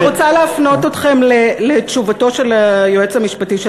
אני רוצה להפנות אתכם לתשובתו של היועץ המשפטי של